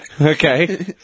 Okay